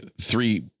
three